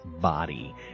body